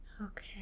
Okay